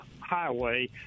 highway